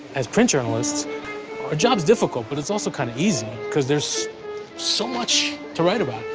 as print journalists, our job's difficult. but it's also kind of easy because there's so much to write about.